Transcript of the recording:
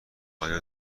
آیا